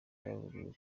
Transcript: baburiwe